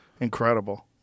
Incredible